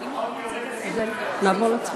החוק יורד מסדר-היום.